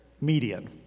median